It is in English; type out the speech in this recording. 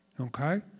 Okay